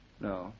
No